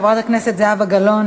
חברת הכנסת זהבה גלאון,